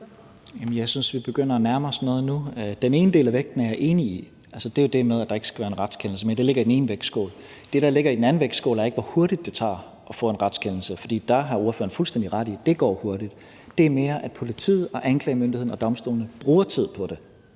jeg synes, vi begynder at nærme os noget nu. Den ene del af vægten er jeg enig i. Altså, det er jo det med, at der ikke skal være en retskendelse, og det ligger i den ene vægtskål. Det, der ligger i den anden vægtskål, er ikke, hvor kort tid det tager at få en retskendelse, for der har ordføreren fuldstændig ret i, at det går hurtigt. Det er mere, at politiet og anklagemyndigheden og domstolene bruger tid på det